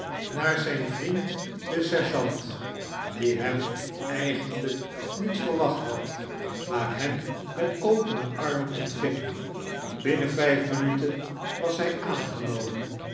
naar zijn vriend den sergeant die hem eigenlijk niet verwacht had maar hem met opene armen ontving binnen vijf minuten was hij aangenomen